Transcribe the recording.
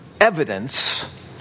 evidence